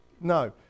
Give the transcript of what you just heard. No